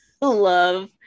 love